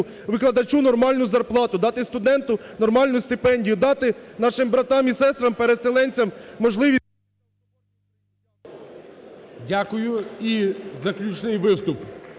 викладачу нормальну зарплату, дати студенту нормальну стипендію, дати нашим братам і сестрам переселенцям можливість… ГОЛОВУЮЧИЙ. Дякую. І заключний виступ